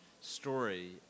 story